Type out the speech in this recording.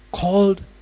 called